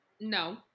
No